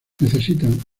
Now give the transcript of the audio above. necesitan